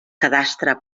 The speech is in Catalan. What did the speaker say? cadastre